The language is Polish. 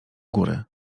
góry